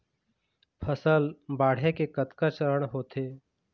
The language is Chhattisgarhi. फसल बाढ़े के कतका चरण होथे?